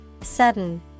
Sudden